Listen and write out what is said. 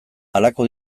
halako